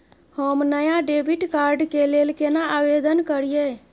हम नया debit card के लेल केना आवेदन करियै?